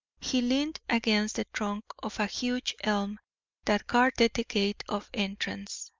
he leaned against the trunk of a huge elm that guarded the gate of entrance.